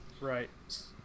right